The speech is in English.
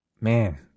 Man